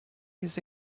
his